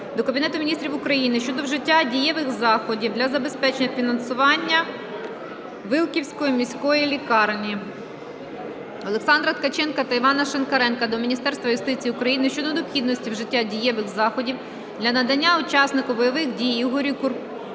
до Кабінету Міністрів України щодо вжиття дієвих заходів для забезпечення фінансування Вилківської міської лікарні. Олександра Ткаченка та Івана Шинкаренка до Міністерства юстиції України щодо необхідності вжиття дієвих заходів для надання учаснику бойових дій Ігорю Каркушці